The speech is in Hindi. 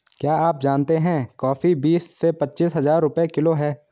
क्या आप जानते है कॉफ़ी बीस से पच्चीस हज़ार रुपए किलो है?